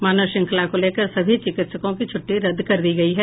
मानव श्रृंखला को लेकर सभी चिकित्सकों की छुट्टी रद्द रक दी गयी है